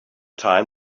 time